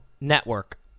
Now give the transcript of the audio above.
network